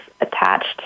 attached